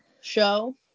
show